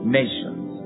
nations